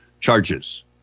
charges